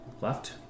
left